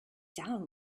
down